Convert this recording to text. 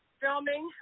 filming